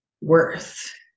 worth